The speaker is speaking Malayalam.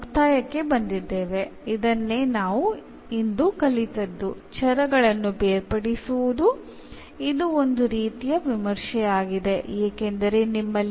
അത് ഒരുതരം അവലോകനമായിരുന്നു കാരണം നിങ്ങളിൽ പലരും ഇതിനകം തന്നെ ഈ രീതിയെക്കുറിച്ച് ബോധവാന്മാരാണ്